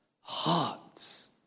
Hearts